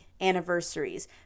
anniversaries